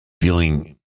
feeling